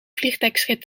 vliegdekschip